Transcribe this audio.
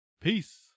peace